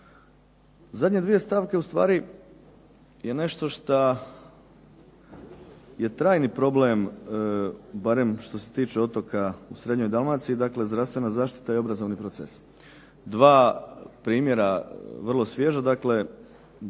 Zadnje dvije stavke u stvari je nešto šta je trajni problem barem što se tiče otoka u srednjoj Dalmaciji. Dakle, zdravstvena zaštita i obrazovni proces. Dva primjera vrlo svježa, dakle